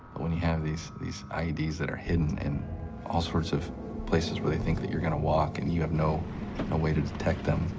but when you have these, these ieds that are hidden in all sorts of places where they think that you're gonna walk, and you have no, no way to detect them,